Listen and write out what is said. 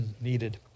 needed